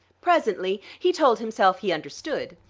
presently he told himself he understood.